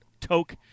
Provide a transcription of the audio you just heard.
Toke